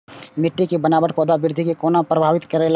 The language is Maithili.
मिट्टी के बनावट पौधा के वृद्धि के कोना प्रभावित करेला?